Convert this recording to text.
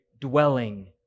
dwelling